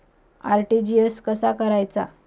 RTGS कसा करायचा?